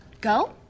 go